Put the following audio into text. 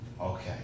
okay